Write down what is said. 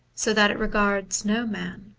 so that it regards no man.